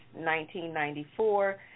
1994